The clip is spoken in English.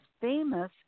famous